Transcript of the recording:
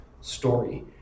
story